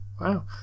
Wow